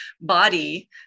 body